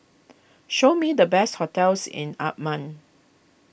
show me the best hotels in Amman